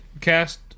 cast